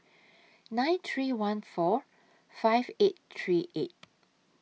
nine three one four five eight three eight